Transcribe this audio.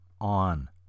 on